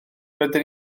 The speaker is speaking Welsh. rydyn